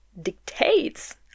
dictates